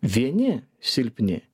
vieni silpni